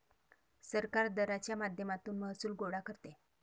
सरकार दराच्या माध्यमातून महसूल गोळा करते